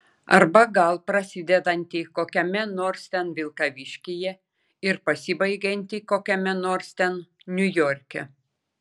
arba gal prasidedantį kokiame nors ten vilkaviškyje ir pasibaigiantį kokiame nors ten niujorke